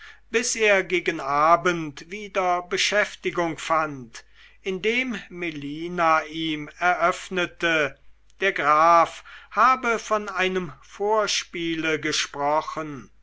bis er gegen abend wieder beschäftigung fand indem melina ihm eröffnete der graf habe von einem vorspiele gesprochen